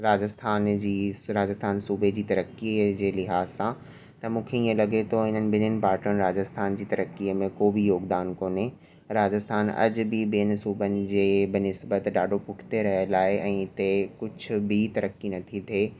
राजस्थान जी ईस्ट राजस्थान सूबे जी तरक़ीअ जे लिहाज़ सां त मूंखे ईअं लॻे थो हिननि ॿिन्हनि पार्टीयुनि राजस्थान जी तरक़ीअ में को बि योगदानु कोन्हे राजस्थान अॼ बि ॿियनि सूबनि जे बनिसिबत ॾाढो पुठिते रहियलु आहे ऐं हिते कुझ बि तरक़ी नथी थिए